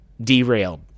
derailed